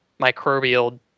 microbial